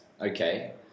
Okay